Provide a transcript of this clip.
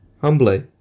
Humbly